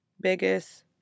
biggest